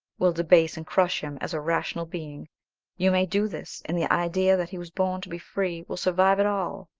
will debase and crush him as a rational being you may do this, and the idea that he was born to be free will survive it all.